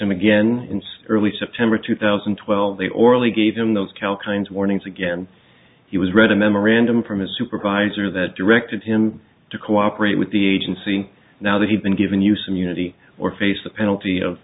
him again in early september two thousand and twelve they orally gave him those cal kinds of warnings again he was read a memorandum from his supervisor that directed him to cooperate with the agency now that he'd been given you some unity or face the penalty of